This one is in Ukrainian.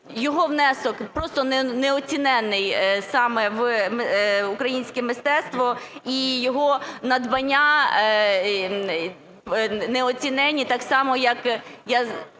його внесок просто неоцінений саме в українське мистецтво, і його надбання неоцінені так само. Я